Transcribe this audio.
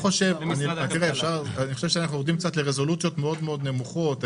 אנחנו יורדים לרזולוציות מאוד נמוכות.